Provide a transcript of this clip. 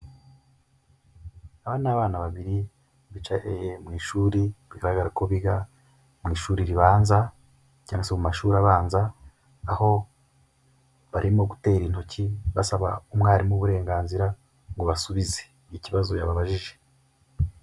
Aba ni abana babiri bicaye mu ishuri, bigaragara ko biga mu ishuri ribanza cyangwa se mu mashuri abanza, aho barimo gutera intoki, basaba umwarimu uburenganzira ngo basubize ikibazo yababajije.